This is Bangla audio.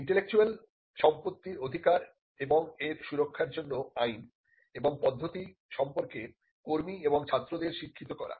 ইন্টেলেকচুয়াল প্রপার্টি রাইটস র এবং এর সুরক্ষার জন্য আইন এবং পদ্ধতি সম্পর্কে কর্মী এবং ছাত্রদের শিক্ষিত করা